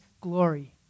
glory